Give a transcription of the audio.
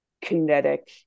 kinetic